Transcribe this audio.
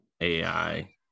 AI